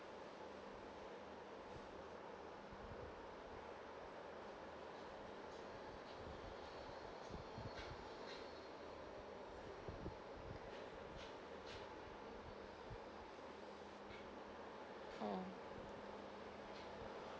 mm